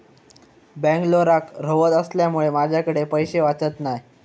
बेंगलोराक रव्हत असल्यामुळें माझ्याकडे पैशे वाचत नाय